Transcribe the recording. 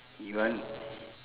you want